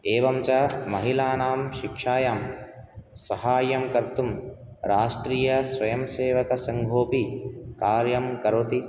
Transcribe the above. एवम् च महिलानां शिक्षायां सहायं कर्तुं राष्ट्रीय स्वयं सेवक संघोऽपि कार्यं करोति